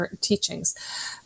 teachings